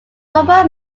former